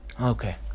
Okay